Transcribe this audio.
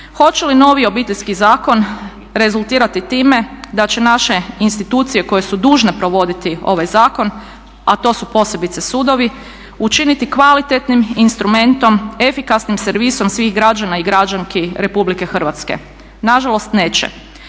Hoće li novi Obiteljski zakon rezultirati time da će naše institucije koje su dužne provoditi ovaj zakon, a to su posebice sudovi, učiniti kvalitetnim instrumentom, efikasnim servisom svih građana i građanki Republike Hrvatske? Nažalost neće.